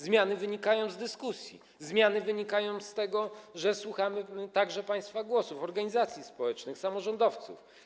Zmiany wynikają z dyskusji, zmiany wynikają z tego, że słuchamy także państwa głosów, organizacji społecznych, samorządowców.